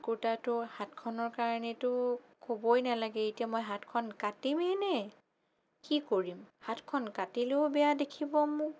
কুৰ্তাটোৰ হাতখনৰ কাৰণেতো ক'বই নালাগে এতিয়া মই হাতখন কাটিমেই নে কি কৰিম হাতখন কাটিলেও বেয়া দেখিব মোক